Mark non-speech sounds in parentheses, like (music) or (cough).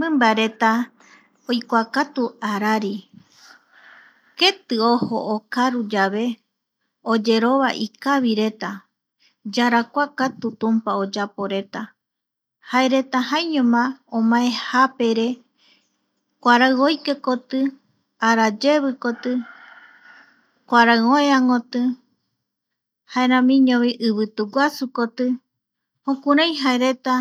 Mimbareta oikuakatu arari keti ojo okaru yave oyerova ikavireta yarakuakatu tumpa oyaporeta jaereta jaeiñoma omae japere kuarai oike koti ara yevi koti (noise) kuarai oëakoti jaeramiñovi ivitu guasukoti jokurai jaereta